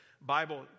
Bible